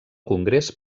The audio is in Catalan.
congrés